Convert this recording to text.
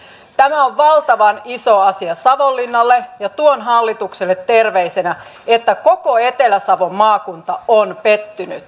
tämä on valtavan iso asia savonlinnalle ja tuon hallitukselle terveisenä että koko etelä savon maakunta on pettynyt